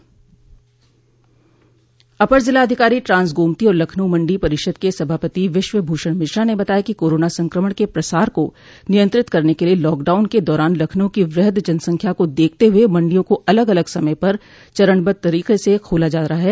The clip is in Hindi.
अपर जिलाधिकारी ट्रांस गोमती और लखनऊ मंडी परिषद के सभापति विश्व भूषण मिश्रा ने बताया कि कोरोना संक्रमण के प्रसार को नियंत्रित करने के लिये लॉकडाउन के दौरान लखनऊ की वृहद जनसंख्या को देखते हुए मंडियों को अलग अलग समय पर चरणबद्व तरीके से खोला जा रहा है